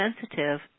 sensitive